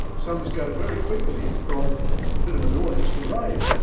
some of us go very quickly from a bit of annoyance to rage.